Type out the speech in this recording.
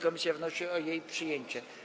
Komisja wnosi o jej przyjęcie.